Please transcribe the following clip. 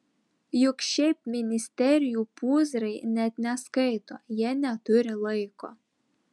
juk šiaip ministerijų pūzrai net neskaito jie neturi laiko